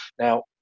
Now